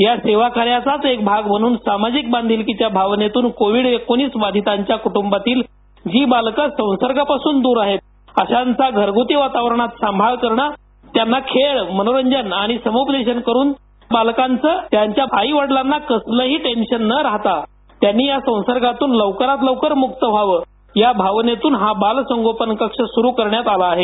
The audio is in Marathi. या सेवाकार्याचाच एक भाग म्हणून सामाजिक बांधिलकीच्या भावनेतून कोविड बाधितांच्या कुटुंबातील जी बालके संसर्गापासून दूर आहेत अशांचा घरगुती वातावरणात सांभाळ करण त्यांचा खेळ मनोरंजन आणि सम्पदेशन करून त्या बालकांचे त्यांच्या आई वडिलांना कसलेही टेन्शन न राहता त्यांनी या संसर्गातून लवकरात लवकर मुक्त व्हावं या भावनेतून हा बालसंगोपन कक्ष सुरू करण्यात आला आहे